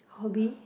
hobby